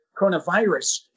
coronavirus